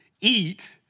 eat